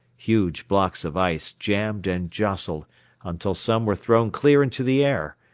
huge blocks of ice jammed and jostled until some were thrown clear into the air,